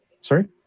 Sorry